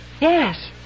Yes